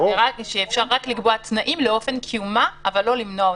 אפשר רק לקבוע תנאים לאופן קיומה אבל לא למנוע אותה.